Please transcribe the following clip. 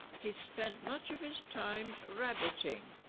he spent much of his time rabbiting,